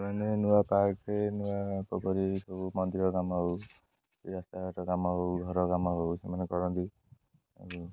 ସେମାନେେ ନୂଆ ପାର୍କରେ ନୂଆ ପୋଖରୀ ସବୁ ମନ୍ଦିର କାମ ହଉ ରାସ୍ତାଘାଟ କାମ ହଉ ଘର କାମ ହଉ ସେମାନେ କରନ୍ତି ଆଉ